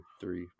three